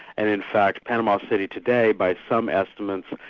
and in fact panama city today by some estimates,